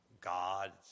God's